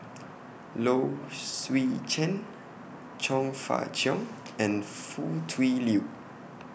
Low Swee Chen Chong Fah Cheong and Foo Tui Liew